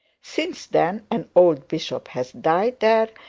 since then, an old bishop has died there,